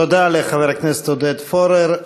תודה לחבר הכנסת עודד פורר.